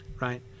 right